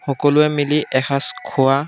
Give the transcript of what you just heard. সকলোৱে মিলি এসাজ খোৱা